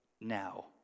now